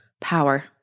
power